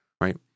right